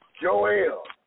Joel